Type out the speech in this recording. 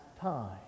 time